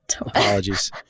apologies